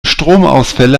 stromausfälle